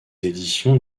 éditions